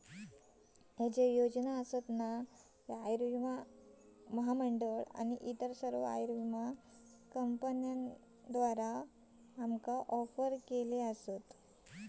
ह्या योजना आयुर्विमा महामंडळ आणि इतर सर्व आयुर्विमा कंपन्यांद्वारा ऑफर केल्या जात असा